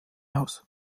aus